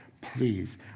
Please